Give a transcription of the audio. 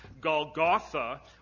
Golgotha